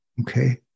Okay